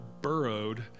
burrowed